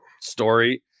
story